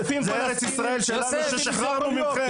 זה ארץ ישראל שלנו ששחררנו מכם.